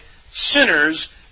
sinners